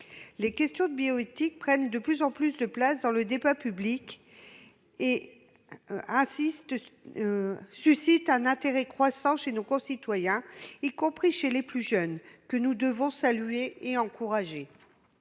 Les questions de bioéthique prennent de plus en plus de place dans le débat public et suscitent un intérêt croissant chez nos concitoyens, y compris chez les plus jeunes. Nous devons saluer et encourager